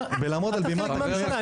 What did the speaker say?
אתה חלק מהממשלה.